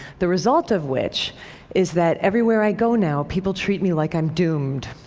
the result of which is that everywhere i go now, people treat me like i'm doomed.